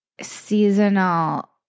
seasonal